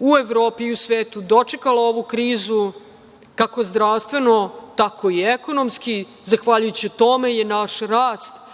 u Evropi i svetu dočekala ovu krizu, kako zdravstveno, tako i ekonomski. Zahvaljujući tome je naš rast